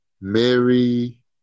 Mary